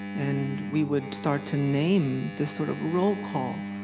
and we would start to name the sort of roll call,